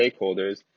stakeholders